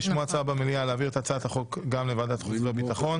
נשמעה הצעה במליאה להעביר את הצעת החוק גם לוועדת החוץ והביטחון.